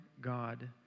God